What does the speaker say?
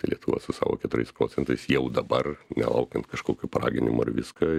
tai lietuva su savo keturiais procentais jau dabar nelaukiant kažkokių paraginimų ar viską